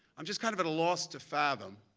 i'm just kind of at a loss to fathom,